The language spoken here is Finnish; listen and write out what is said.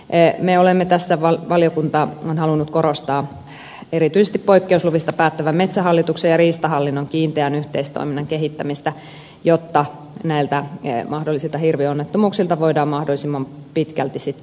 ei me olemme tästä val valiokunta on halunnut tässä korostaa erityisesti poikkeusluvista päättävän metsähallituksen ja riistahallinnon kiinteän yhteistoiminnan kehittämistä jotta näiltä mahdollisilta hirvionnettomuuksilta voidaan mahdollisimman pitkälti välttyä